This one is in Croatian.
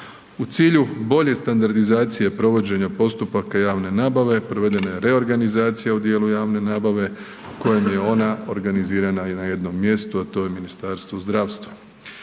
U cilju bolje standardizacije provođenja postupaka javne nabave provedena je reorganizacija u dijelu javne nabave kojim je ona organizirana na jednom mjestu, a to je Ministarstvo zdravstva.